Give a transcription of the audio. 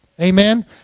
Amen